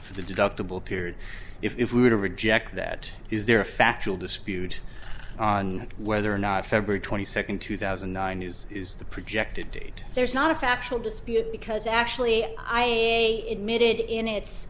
for the deductible period if we were to reject that is there a factual dispute on whether or not february twenty second two thousand and nine news is the projected date there's not a factual dispute because actually i admitted in its